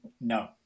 No